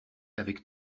avec